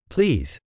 Please